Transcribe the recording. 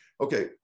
Okay